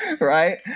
right